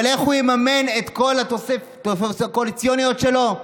אבל איך הוא יממן את כל התוספות הקואליציוניות שלו?